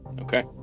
Okay